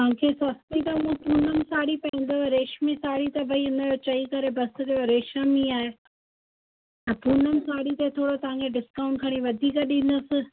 तव्हांखे सस्ती त हो पूनम सा पवंदव रेशमी साड़ी त भाई उन जो चई करे बसि त रेशम ई आहे ऐं पूनम साड़ी त थोरो तव्हांखे डिस्काउंट खणी वधीक ॾींदसि